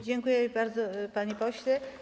Dziękuję bardzo, panie pośle.